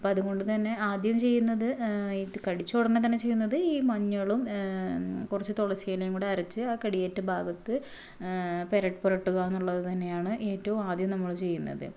അപ്പോൾ അതുകൊണ്ട് തന്നെ ആദ്യം ചെയ്യുന്നത് ഇത് കടിച്ച ഉടനെ തന്നെ ചെയ്യുന്നത് ഈ മഞ്ഞളും കുറച്ച് തുളസി ഇലയും കൂടെ അരച്ച് ആ കടിയേറ്റ ഭാഗത്ത് പെര പുരട്ടുക എന്നുള്ളത് തന്നെയാണ് ഏറ്റവും ആദ്യം നമ്മള് ചെയുന്നത്